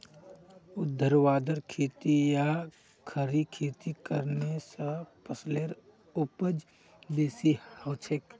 ऊर्ध्वाधर खेती या खड़ी खेती करले स फसलेर उपज बेसी हछेक